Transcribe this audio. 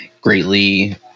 greatly